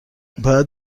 باید